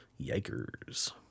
yikers